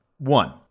One